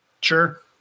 Sure